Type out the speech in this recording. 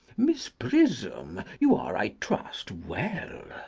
miss prism, you are, i trust, well?